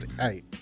hey